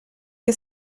che